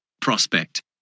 prospect